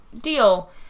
deal